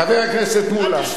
חבר הכנסת מולה.